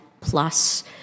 plus